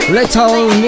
Little